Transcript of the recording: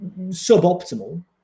suboptimal